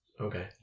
Okay